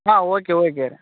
ಹಾಂ okay okay